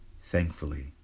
thankfully